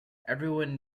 everyone